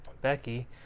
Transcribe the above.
Becky